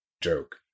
joke